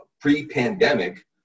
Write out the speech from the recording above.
pre-pandemic